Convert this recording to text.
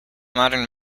modern